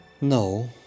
No